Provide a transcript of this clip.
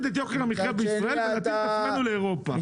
את יוקר המחיה בישראל ולהתאים את עצמנו לאירופה.